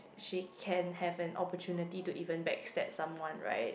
she can have an opportunity to even backstab someone right